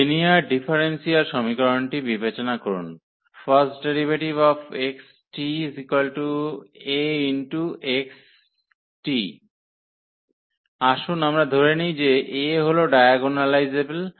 linear differential সমীকরণটি বিবেচনা করুন আসুন আমরা ধরে নিই যে A হল ডায়াগোনালাইজেবল